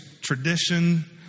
tradition